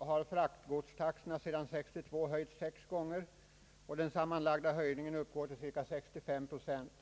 har fraktgodstaxan sedan 1962 höjts sex gånger, och den sammanlagda höjningen uppgår till 65 procent.